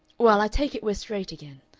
well, i take it we're straight again,